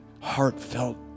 heartfelt